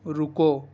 رکو